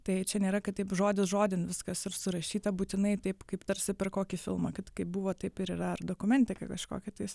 tai čia nėra kad taip žodis žodin viskas ir surašyta būtinai taip kaip tarsi per kokį filmą kad kaip buvo taip ir yra ar dokumentika kažkokia tais